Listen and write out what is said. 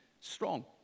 strong